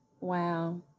Wow